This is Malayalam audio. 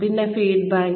പിന്നെ ഫീഡ്ബാക്ക്